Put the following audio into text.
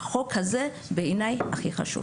החוק הזה בעיניי הכי חשוב.